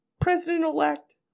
President-elect